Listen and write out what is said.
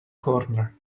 corner